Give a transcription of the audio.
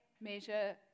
measure